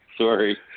Sorry